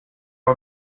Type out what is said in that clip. are